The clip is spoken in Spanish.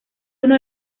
uno